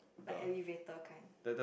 like elevator kind